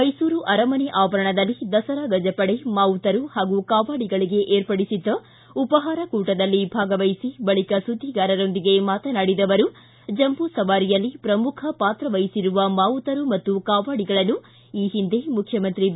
ಮೈಸೂರು ಅರಮನೆ ಆವರಣದಲ್ಲಿ ದಸರಾ ಗಜಪಡೆ ಮಾವುತರು ಹಾಗೂ ಕಾವಾಡಿಗಳಿಗೆ ಏರ್ಪಡಿಸಿದ್ದ ಉಪಹಾರ ಕೂಟದಲ್ಲಿ ಭಾಗವಹಿಸಿ ಬಳಿಕ ಸುದ್ಧಿಗಾರರೊಂದಿಗೆ ಮಾತನಾಡಿದ ಅವರು ಜಂಬೂ ಸವಾರಿಯಲ್ಲಿ ಪ್ರಮುಖ ಪಾತ್ರ ವಹಿಸಿರುವ ಮಾವುತರು ಹಾಗೂ ಕಾವಾಡಿಗಳನ್ನು ಈ ಹಿಂದೆ ಮುಖ್ಯಮಂತ್ರಿ ಬಿ